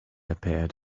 appeared